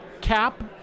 cap